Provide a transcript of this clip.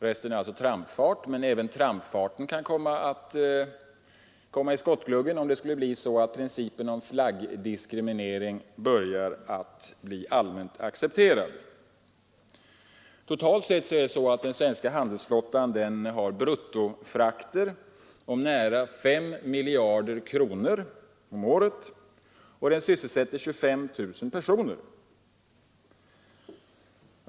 Resten är trampfart, men även trampfarten kan komma i skottgluggen ifall principen om flaggdiskriminering börjar bli allmänt accepterad. Totalt sett har den svenska handelsflottan bruttofrakter om nära 5 miljarder kronor om året, och den sysselsätter 25 000 personer.